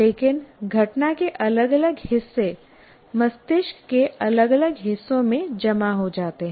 लेकिन घटना के अलग अलग हिस्से मस्तिष्क के अलग अलग हिस्सों में जमा हो जाते हैं